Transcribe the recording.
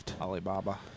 Alibaba